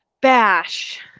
bash